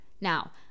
Now